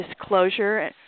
disclosure